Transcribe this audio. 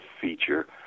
feature